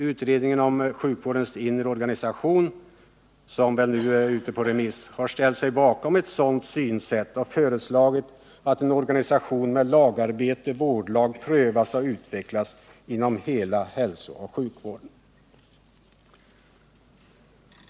Utredningen om sjukvårdens inre organisation, som väl nu är ute på remiss, har ställt sig bakom ett sådant synsätt och föreslagit att en organisation med vårdlag prövas och utvecklas inom hela hälsooch sjukvården.